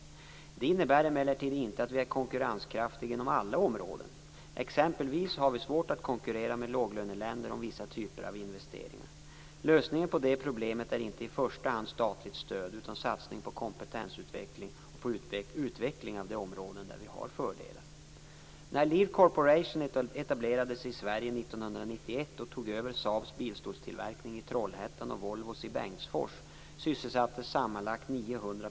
Det innebär emellertid inte att vi är konkurrenskraftiga inom alla områden. Exempelvis har vi svårt att konkurrera med låglöneländer om vissa typer av investeringar. Lösningen på det problemet är inte i första hand statligt stöd utan satsning på kompetensutveckling och på utveckling av de områden där vi har fördelar.